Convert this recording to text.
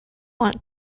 want